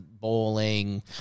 bowling